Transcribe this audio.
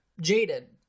Jaded